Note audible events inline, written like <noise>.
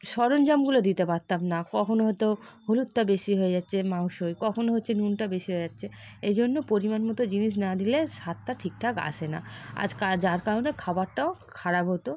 সরঞ্জামগুলো দিতে পারতাম না কখনও হয়তো হলুদটা বেশি হয়ে যাচ্ছে মাংসয় কখন হচ্ছে নুনটা বেশি হয়ে যাচ্ছে এই জন্য পরিমাণমতো জিনিস না দিলে স্বাদটা ঠিকঠাক আসে না আজ <unintelligible> যার কারণে খাবারটাও খারাপ হতো